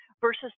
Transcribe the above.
versus